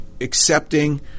accepting